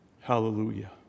Hallelujah